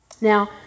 Now